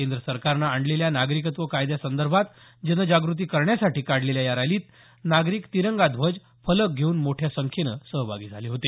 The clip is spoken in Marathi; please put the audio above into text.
केंद्र सरकारनं आणलेल्या नागरिकत्व कायद्यासंदर्भात जनजागृती करण्यासाठी काढलेल्या या रॅलीत नागरिक तिरंगा ध्वज फलक घेऊन मोठ्या संख्येनं सहभागी झाले होते